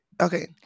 Okay